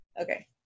Okay